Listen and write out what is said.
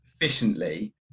efficiently